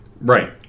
Right